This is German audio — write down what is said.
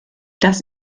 das